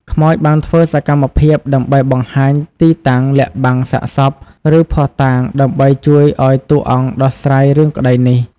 ខ្មោចបានធ្វើសកម្មភាពដើម្បីបង្ហាញទីតាំងលាក់បាំងសាកសព ឬភស្តុតាង ដើម្បីជួយឲ្យតួអង្គដោះស្រាយរឿងក្តីនេះ។